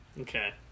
Okay